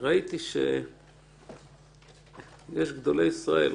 יש גדולי ישראל,